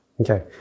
Okay